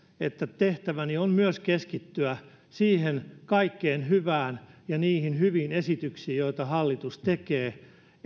että tehtäväni on myös keskittyä siihen kaikkeen hyvään ja niihin hyviin esityksiin joita hallitus tekee